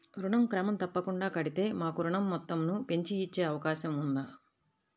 ఋణం క్రమం తప్పకుండా కడితే మాకు ఋణం మొత్తంను పెంచి ఇచ్చే అవకాశం ఉందా?